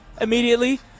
immediately